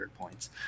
points